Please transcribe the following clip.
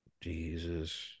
Jesus